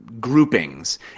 groupings